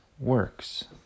works